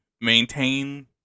maintain